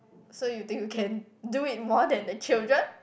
so you think you can do it more than the children